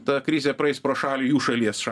ta krizė praeis pro šalį jų šalies